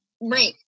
Right